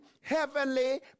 heavenly